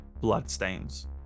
bloodstains